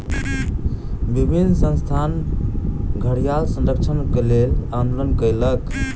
विभिन्न संस्थान घड़ियाल संरक्षणक लेल आंदोलन कयलक